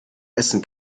essen